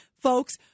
folks